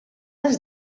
les